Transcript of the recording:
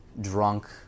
drunk